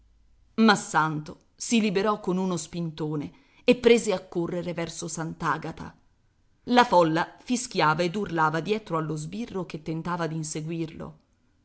ma santo si liberò con uno spintone e prese a correre verso sant'agata la folla fischiava ed urlava dietro allo sbirro che tentava d'inseguirlo